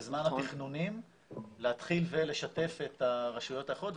בזמן התכנונים להתחיל ולשתף את הרשויות האחרות,